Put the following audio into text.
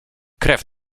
krew